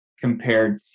compared